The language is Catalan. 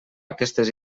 aquestes